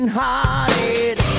hearted